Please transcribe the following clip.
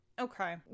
Okay